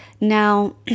Now